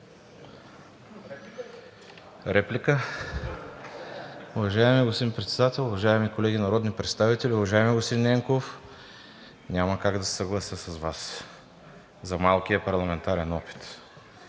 (ДПС): Уважаеми господин Председател, уважаеми колеги народни представители! Уважаеми господин Ненков, няма как да се съглася с Вас за малкия парламентарен опит.